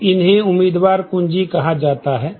तो इन्हें उम्मीदवार कुंजी कहा जाता है